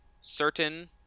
certain